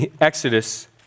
Exodus